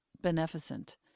beneficent